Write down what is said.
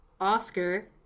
Oscar